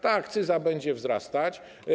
Ta akcyza będzie wzrastać.